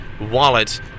wallet